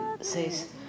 says